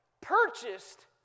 purchased